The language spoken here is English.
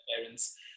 parents